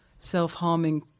self-harming